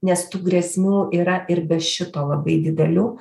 nes tų grėsmių yra ir be šito labai didelių